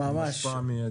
הוא יושפע מיידית.